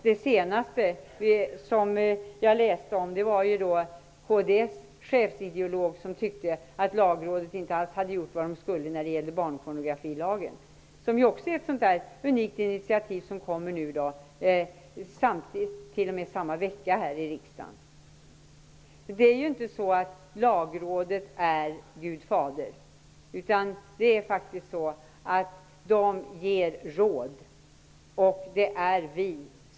Det senaste exempelet som jag läste om handlade om att kds chefsideolog tyckte att Lagrådet inte alls hade gjort vad det skulle när det gällde barnpornografilagen. Detta är också ett exempel på ett unikt initiativ som tas samtidigt, t.o.m. under samma vecka här i riksdagen, som vi behandlar partnerskapsfrågan. Det är ju inte så att Lagrådet är Gud Fader, utan det ger råd.